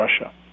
Russia